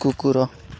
କୁକୁର